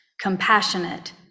compassionate